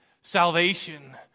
salvation